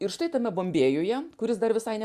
ir štai tame bombėjuje kuris dar visai ne